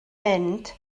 mynd